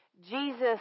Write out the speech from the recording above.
Jesus